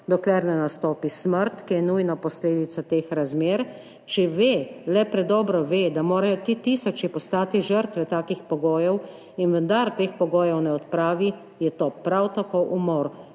dokler ne nastopi smrt, ki je nujna posledica teh razmer, če ve, le predobro ve, da morajo ti tisoči postati žrtve takih pogojev, in vendar teh pogojev ne odpravi, je to prav tako umor,